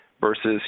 Versus